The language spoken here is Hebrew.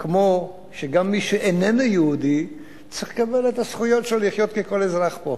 כמו שגם מי שאיננו יהודי צריך לקבל את הזכויות שלו לחיות ככל אזרח פה.